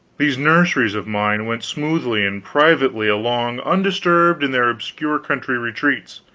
these nurseries of mine went smoothly and privately along undisturbed in their obscure country retreats,